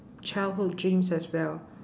childhood dreams as well